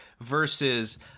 versus